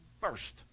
first